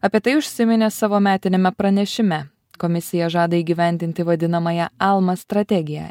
apie tai užsiminė savo metiniame pranešime komisija žada įgyvendinti vadinamąją alma strategiją